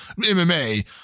MMA